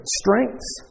strengths